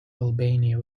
albania